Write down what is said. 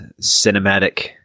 cinematic